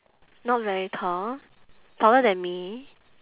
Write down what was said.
not very tall taller then me